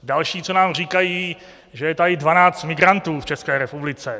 Další, co nám říkají, že je tady 12 migrantů v České republice.